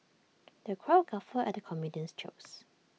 the crowd guffawed at the comedian's jokes